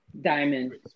diamond